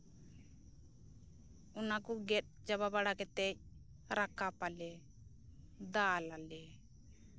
ᱚᱱᱟ ᱠᱚ ᱜᱮᱫ ᱪᱟᱵᱟ ᱵᱟᱲᱟ ᱠᱟᱛᱮ ᱨᱟᱠᱟᱵᱟᱞᱮ ᱫᱟᱞᱟᱞᱮ